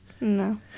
No